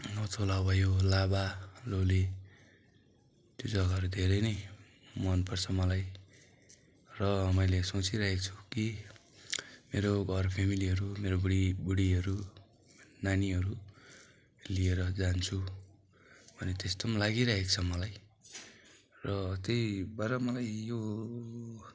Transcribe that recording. नथुला भयो लाभा लोले त्यो जग्गाहरू धेरै नै मन पर्छ मलाई र मैले सोचिराखेको छु कि मेरो घर फेमेलीहरू मेरो बुढी बुढीहरू नानीहरू लिएर जान्छु अनि त्यस्तो पनि लागिराखेको छ मलाई र त्यही भएर मलाई यो